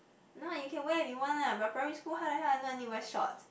no you can wear if you want lah but primary school how the hell I know I need to wear shorts